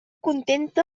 contenta